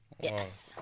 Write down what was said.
Yes